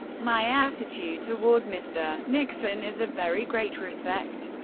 my attitude toward mr. nixon is of very great respect.